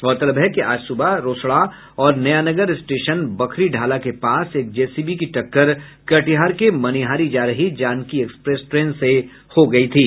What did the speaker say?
गौरतलब है कि आज सुबह रोसड़ा और नयानगर स्टेशन बखरीढ़ाला के पास एक जेसीबी की टक्कर कटिहार के मनिहारी जा रही जानकी एक्सप्रेस ट्रेन से हो गयी थी